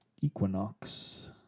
equinox